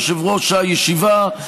יושב-ראש הישיבה,